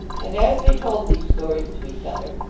and as they told these stories to each other,